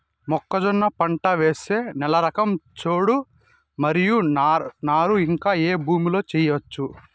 మొక్కజొన్న పంట వేసే నేల రకం చౌడు మరియు నారు ఇంకా ఏ భూముల్లో చేయొచ్చు?